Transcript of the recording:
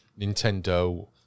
Nintendo